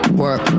work